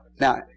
Now